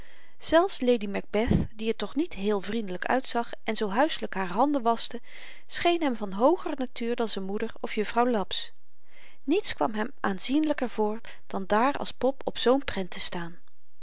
zelfs lady macbeth die er toch niet heel vrindelyk uitzag en zoo huiselyk haar handen waschte scheen hem van hooger natuur dan z'n moeder of jufvrouw laps niets kwam hem aanzienlyker voor dan daar als pop op zoo'n prent te staan